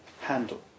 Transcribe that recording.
handle